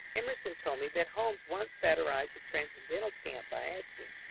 emerson told me that holmes once satirized the transcendental cant by asking,